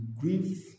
grief